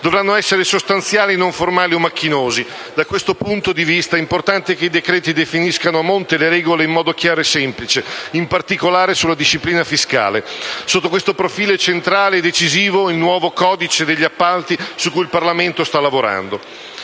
dovranno essere sostanziali e non formali o macchinosi. Da questo punto di vista è importante che i decreti definiscano a monte le regole in modo chiaro e semplice, in particolare sulla disciplina fiscale. Sotto questo profilo è centrale e decisivo il nuovo codice degli appalti su cui il Parlamento sta lavorando.